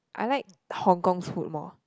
I like Hong-Kong food more